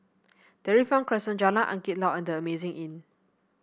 Dairy Farm Crescent Jalan Angin Laut and The Amazing Inn